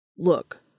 Look